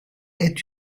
est